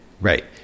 Right